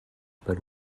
per